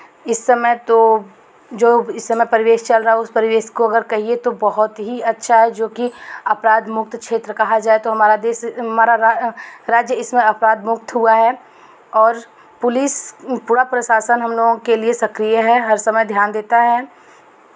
इस समय तो जो इस समय परिवेश चल रहा उस परिवेश को अगर कहिये तो बहुत ही अच्छा है जो कि अपराध मुक्त क्षेत्र कहा जाए तो हमारा देश मारा राज्य इसमें अपराध मुक्त हुआ है और पुलिस पुलिस पूरा प्रशासन हम लोगों के लिए सक्रिय है हर समय ध्यान देता है